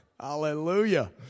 Hallelujah